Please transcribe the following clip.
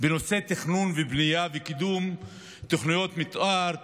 בנושא תכנון ובנייה וקידום תוכניות מתאר,